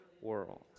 world